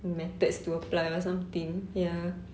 methods to apply or something ya infant is like the man